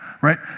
right